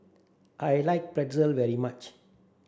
I like Pretzel very much